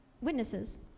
witnesses